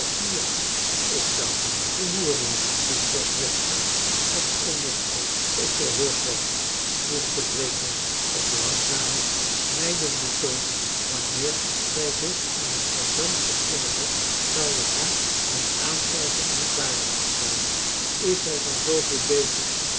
ik zou ze liever een hoer noemen riep george driftig uit het onderscheid is zoo heel groot niet voegde breekoord op langzamen snijdenden toon in wanneer zij zich aan een sergeant verslingerd had zou je haar het aankijken niet waardig geacht hebben is zij dan zooveel beter